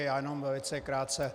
Já jenom velice krátce.